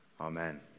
Amen